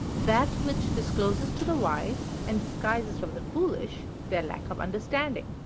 that which discloses to the wise and disguises from the foolish their lack of understanding.